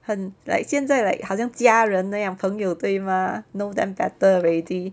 很 like 现在 like 好像家人那样朋友对吗 know them better already